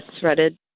threaded